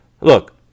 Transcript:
look